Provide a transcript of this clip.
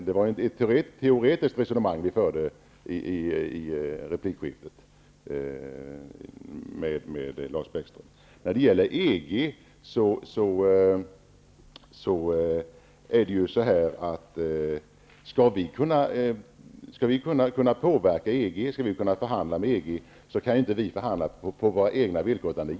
Det var ett teoretiskt resonemang vi förde i replikskiftet, Lars När det gäller EG är det så, att om vi skall kunna påverka EG och förhandla med EG kan vi inte göra det på våra egna villkor.